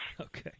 Okay